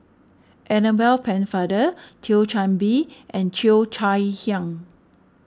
Annabel Pennefather Thio Chan Bee and Cheo Chai Hiang